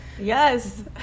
Yes